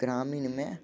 ग्रामीण में